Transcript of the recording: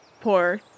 poor